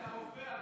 טיבי, אתה רופא.